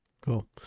Cool